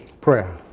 prayer